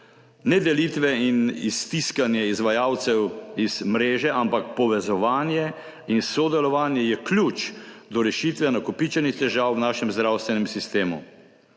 Ne delitve in iztiskanje izvajalcev iz mreže, ampak povezovanje in sodelovanje je ključ do rešitve nakopičenih težav v našem zdravstvenem sistemu.